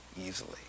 easily